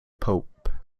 pope